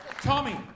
Tommy